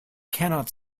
cannot